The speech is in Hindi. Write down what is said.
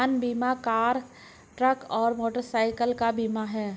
वाहन बीमा कार, ट्रक और मोटरसाइकिल का बीमा है